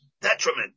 detriment